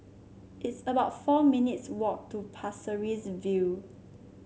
it's about four minutes' walk to Pasir Ris View